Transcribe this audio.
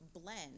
blend